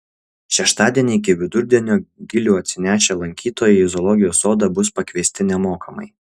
šeštadienį iki vidurdienio gilių atsinešę lankytojai į zoologijos sodą bus pakviesti nemokamai